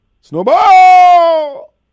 Snowball